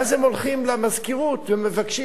ואז הם הולכים למזכירות ומבקשים